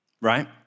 right